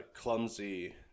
clumsy